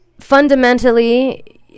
fundamentally